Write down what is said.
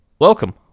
Welcome